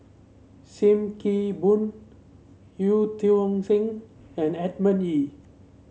Sim Kee Boon Eu Tiong Sen and Edmund Ee